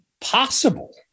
possible